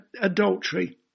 adultery